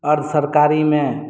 आओर सरकारीमे